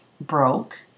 broke